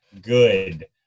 good